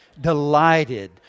delighted